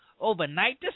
overnight